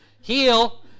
Heal